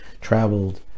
traveled